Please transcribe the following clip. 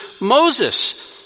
Moses